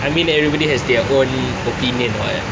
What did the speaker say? I mean everybody has their own opinion [what]